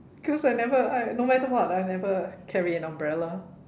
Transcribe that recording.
because I never I no matter what I never carry an umbrella